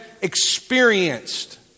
experienced